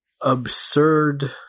absurd